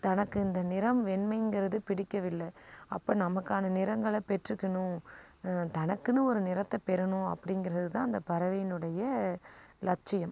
தனக்கு இந்த நிறம் வெண்மைங்கிறது பிடிக்கவில்லை அப்போ நமக்கான நிறங்களை பெற்றுக்கணும் தனக்குனு ஒரு நிறத்தை பெறணும் அப்படிங்கறதுதான் அந்த பறவையினுடைய லட்சியம்